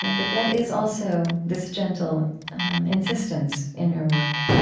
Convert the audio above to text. but that is also this gentle insistence in your work.